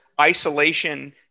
isolation